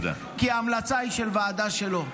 כי ההמלצה היא של ועדה שלו.